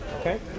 okay